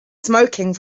smoking